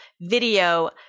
video